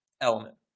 element